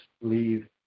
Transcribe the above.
leave